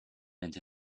into